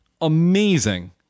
amazing